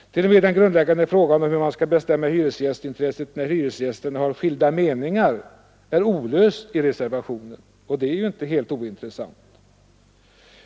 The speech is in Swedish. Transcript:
T. o. m. den grundläggande frågan om hur man skall fastställa hyresgästintresset när hyresgästerna har skilda meningar är olöst i reservationen, och den är inte helt ointressant.